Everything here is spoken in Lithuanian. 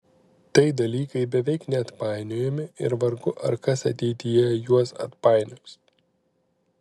tai dalykai beveik neatpainiojami ir vargu ar kas ateityje juos atpainios